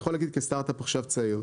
אני יכול להגיד כסטארט-אפ עכשיו צעיר,